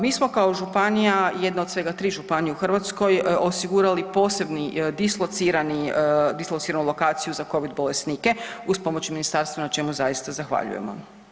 Mi smo kao županija, jedna od svega 3 županije u Hrvatskoj osigurali posebni dislocirani, dislociranu lokaciju za covid bolesnike uz pomoć ministarstva na čemu zaista zahvaljujemo.